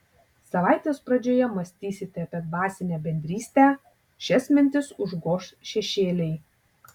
savaitės pradžioje mąstysite apie dvasinę bendrystę šias mintis užgoš šešėliai